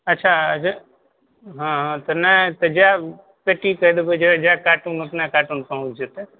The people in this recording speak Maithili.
अच्छा हाँ तऽ नहि तऽ जाए पेटी कहि देबै जाए काटून ऊतना काटून पहुँच जेतै